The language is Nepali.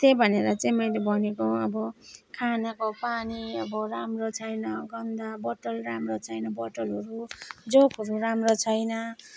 त्यही भनेर चाहिँ मैले भनेको अब खानाको पानी अब राम्रो छैन गन्दा बोतल राम्रो छैन बोतलहरू जगहरू राम्रो छैन